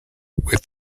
with